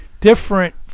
different